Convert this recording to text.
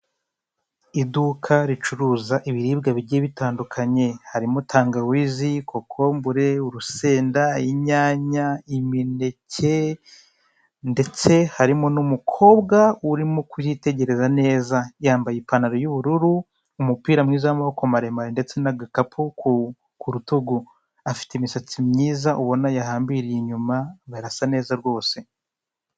Iduka ricuruza ibiribwa bigiye bitandukanye, harimo utangawizi, kokombure, urusenda, inyanya, imineke ndetse harimo n'umukobwa urimo kuyitegereza neza. Yambaye ipantaro y'ubururu, umupira mwiza w'amaboko maremare ndetse n'agakapu ku rutugu. Afite imisatsi myiza, ubona yahambiriye inyuma, arasa neza rwose.